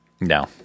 No